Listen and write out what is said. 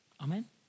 Amen